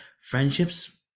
friendships